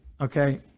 Okay